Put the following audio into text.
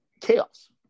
chaos